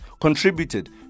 contributed